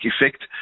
effect